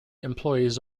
employees